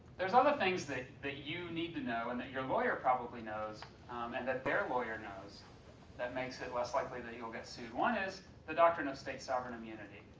there's other things that you need to know and that your lawyer probably knows and that their lawyer knows that makes it less likely that you'll get sued. one is the doctrine of state sovereign immunity.